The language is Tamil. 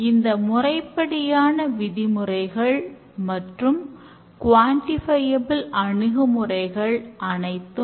எளிதாக்கமானது தவறுகளை நீக்குவதோடு எளிமையாக பராமரிக்கிறது